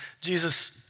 Jesus